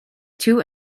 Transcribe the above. two